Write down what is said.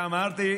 אמרתי: